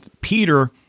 Peter